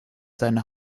seine